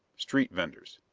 street vendors.